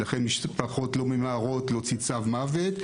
לכן המשפחות לא ממהרות להוציא צו מוות.